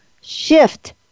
shift